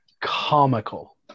comical